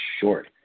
short